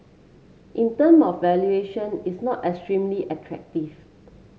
in term of valuation it's not extremely attractive